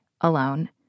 alone